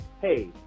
hey